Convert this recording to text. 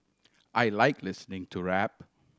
I like listening to rap